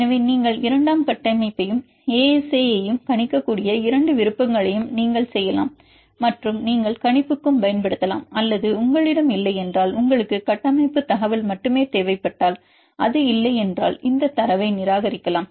எனவே நீங்கள் இரண்டாம் கட்டமைப்பையும் ASA ஐயும் கணிக்கக்கூடிய இரண்டு விருப்பங்களையும் நீங்கள் செய்யலாம் மற்றும் நீங்கள் கணிப்புக்கும் பயன்படுத்தலாம் அல்லது உங்களிடம் இல்லையென்றால் உங்களுக்கு கட்டமைப்பு தகவல் மட்டுமே தேவைப்பட்டால் அது இல்லை என்றால் இந்த தரவை நிராகரிக்கலாம்